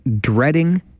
dreading